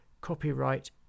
copyright